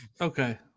Okay